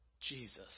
Jesus